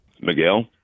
Miguel